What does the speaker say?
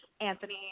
Anthony